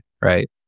right